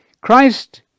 Christ